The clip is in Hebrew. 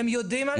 הם יודעים על זה?